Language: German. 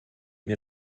mir